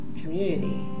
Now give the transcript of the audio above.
community